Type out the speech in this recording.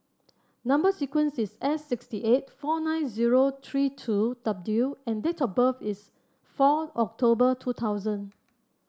number sequence is S sixty eight four nine zero three two W and date of birth is four October two thousand